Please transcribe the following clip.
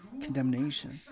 condemnation